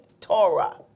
Torah